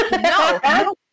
no